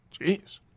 Jeez